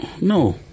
No